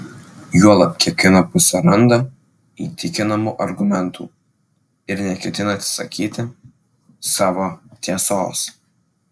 juolab kiekviena pusė randa įtikinamų argumentų ir neketina atsisakyti savo tiesos